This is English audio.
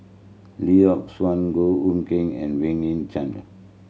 Lee Yock Suan Goh Hood Keng and Wang Chunde